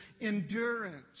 endurance